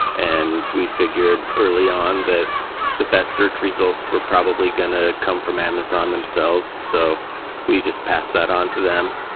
and we figured early on that the best search results were probably going to come from amazon themselves. so we just pass that on to them.